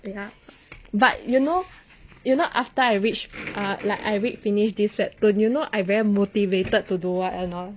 wait ah but you know you know after I reach ah like I read finish this webtoon you know I very motivated to do what a not